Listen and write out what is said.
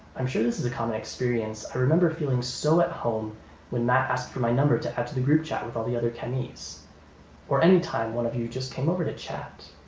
i'm sure this is a common experience. i remember feeling so at home when matt asked for my number to head to the group chat with all the other kenny's or anytime one of you just came over to chat,